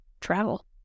travel